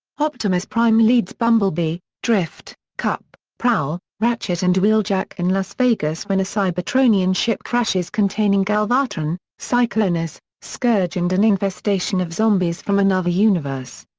optimus prime leads bumblebee, drift, kup, prowl, ratchet and wheeljack in las vegas when a cybertronian cybertronian ship crashes containing galvatron, cyclonus, scourge and an infestation of zombies from another universe.